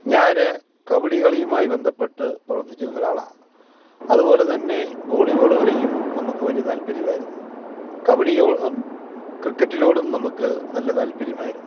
ഞാൻ കബഡി കളിയുമായി ബന്ധപ്പെട്ട് പ്രവർത്തിച്ചിരുന്ന ഒരാളാ അതുപോലെത്തന്നെ വോളിബോള് കളിക്കും നമുക്ക് വലിയ താല്പര്യമായിരുന്നു കബഡിയോടും ക്രിക്കറ്റിനോടും നമുക്ക് നല്ല താല്പര്യമായിരുന്നു